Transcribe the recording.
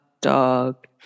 dog